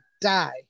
die